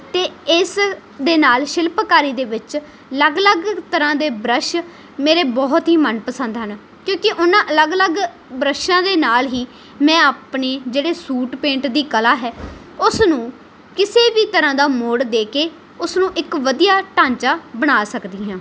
ਅਤੇ ਇਸ ਦੇ ਨਾਲ ਸ਼ਿਲਪਕਾਰੀ ਦੇ ਵਿੱਚ ਅਲੱਗ ਅਲੱਗ ਤਰ੍ਹਾਂ ਦੇ ਬਰੱਸ਼ ਮੇਰੇ ਬਹੁਤ ਹੀ ਮਨਪਸੰਦ ਹਨ ਕਿਉਂਕਿ ਉਹਨਾਂ ਅਲੱਗ ਅਲੱਗ ਬਰੱਸ਼ਾਂ ਦੇ ਨਾਲ ਹੀ ਮੈਂ ਆਪਣੇ ਜਿਹੜੇ ਸੂਟ ਪੇਂਟ ਦੀ ਕਲਾ ਹੈ ਉਸ ਨੂੰ ਕਿਸੇ ਵੀ ਤਰ੍ਹਾਂ ਦਾ ਮੋੜ ਦੇ ਕੇ ਉਸਨੂੰ ਇੱਕ ਵਧੀਆ ਢਾਂਚਾ ਬਣਾ ਸਕਦੀ ਹਾਂ